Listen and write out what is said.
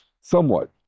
Somewhat